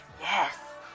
Yes